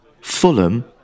Fulham